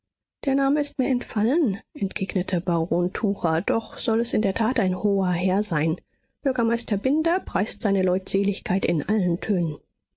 der name ist mir entfallen entgegnete baron tucher doch soll es in der tat ein hoher herr sein bürgermeister binder preist seine leutseligkeit in allen tönen